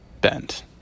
Bent